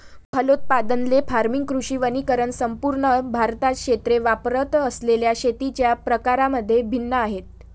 फलोत्पादन, ley farming, कृषी वनीकरण संपूर्ण भारतात क्षेत्रे वापरत असलेल्या शेतीच्या प्रकारांमध्ये भिन्न आहेत